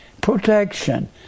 protection